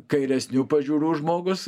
kairesnių pažiūrų žmogus